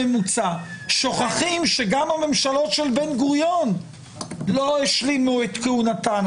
שוכחים שגם הממשלות של בן גוריון לא השלימו את כהונתן.